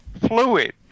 fluid